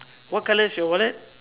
what color is your wallet